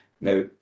Now